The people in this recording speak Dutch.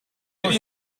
een